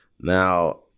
now